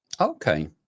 Okay